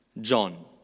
John